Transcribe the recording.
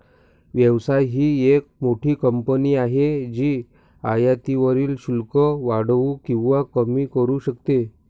व्यवसाय ही एक मोठी कंपनी आहे जी आयातीवरील शुल्क वाढवू किंवा कमी करू शकते